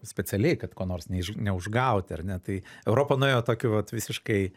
specialiai kad ko nors neiš neužgaut ar ne tai europa nuėjo tokiu vat visiškai